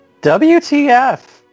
WTF